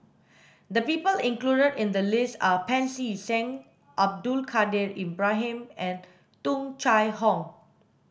the people included in the list are Pancy Seng Abdul Kadir Ibrahim and Tung Chye Hong